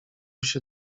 się